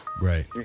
Right